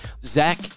Zach